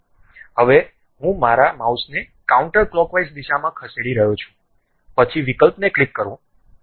હવે હું મારા માઉસને કાઉન્ટરક્લોકવાઇઝ દિશામાં ખસેડી રહ્યો છું પછી વિકલ્પને ક્લિક કરો પછી તે તેને બનાવે છે